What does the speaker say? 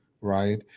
right